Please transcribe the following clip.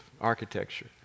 architecture